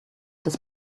des